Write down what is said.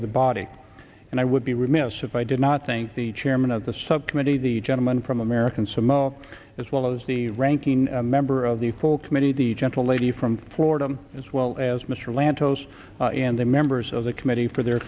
other body and i would be remiss if i did not think the chairman of the subcommittee the gentleman from american samoa as well as the ranking member of the full committee the gentle lady from florida as well as mr lantos and the members of the committee for their